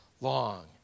long